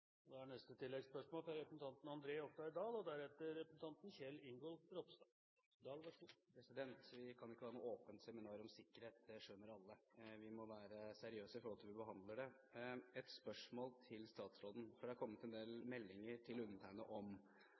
Vi kan ikke ha noe åpent seminar om sikkerhet. Det skjønner alle. Vi må være seriøse med hensyn til hvordan vi behandler det. Jeg har et spørsmål til statsråden. Det er kommet en del meldinger til undertegnede om